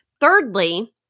Thirdly